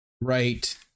right